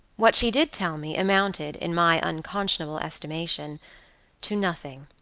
what she did tell me amounted, in my unconscionable estimation to nothing.